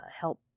help